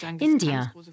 India